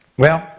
well,